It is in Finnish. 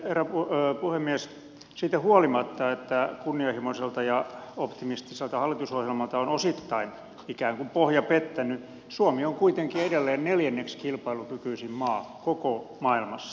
sitten herra puhemies siitä huolimatta että kunnianhimoiselta ja optimistiselta hallitusohjelmalta on osittain ikään kuin pohja pettänyt suomi on kuitenkin edelleen neljänneksi kilpailukykyisin maa koko maailmassa